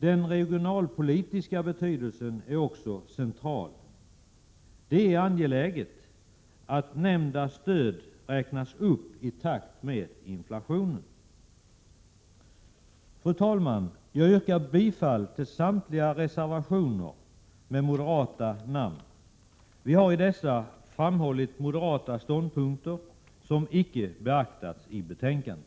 Den regionalpolitiska betydelsen är också central. Det är angeläget att Norrlandsstödet räknas upp i takt med inflationen. Fru talman! Jag yrkar bifall till samtliga reservationer med moderata namn. Vi har i dessa framhållit moderata ståndpunkter som icke beaktats i betänkandet.